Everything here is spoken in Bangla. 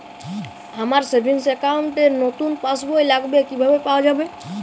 আমার সেভিংস অ্যাকাউন্ট র নতুন পাসবই লাগবে কিভাবে পাওয়া যাবে?